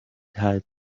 heights